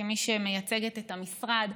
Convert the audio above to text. כמי שמייצגת את המשרד.